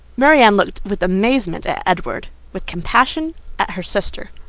marianne looked with amazement at edward, with compassion at her sister.